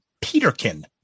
Peterkin